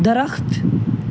درخت